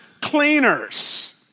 Cleaners